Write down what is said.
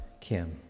Kim